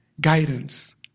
guidance